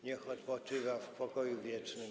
Niech odpoczywa w pokoju wiecznym.